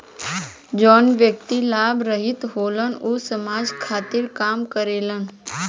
जवन व्यक्ति लाभ रहित होलन ऊ समाज खातिर काम करेलन